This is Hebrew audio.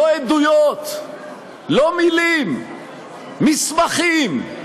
לא עדויות ולא מילים אלא מסמכים,